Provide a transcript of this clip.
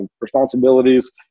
responsibilities